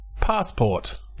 Passport